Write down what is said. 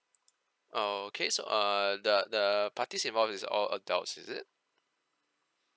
oh okay so uh the the parties involved is all adults is it